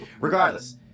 Regardless